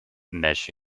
mesh